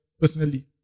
personally